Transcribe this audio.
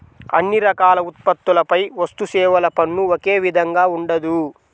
అన్ని రకాల ఉత్పత్తులపై వస్తుసేవల పన్ను ఒకే విధంగా ఉండదు